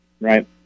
right